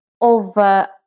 over